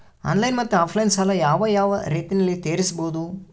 Online ಮತ್ತೆ offline ಸಾಲ ಯಾವ ಯಾವ ರೇತಿನಲ್ಲಿ ತೇರಿಸಬಹುದು?